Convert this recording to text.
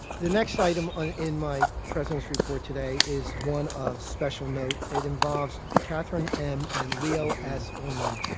the next item in my president's report today is one of special note. it involves katherine m. and leo s. ullman,